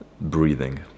breathing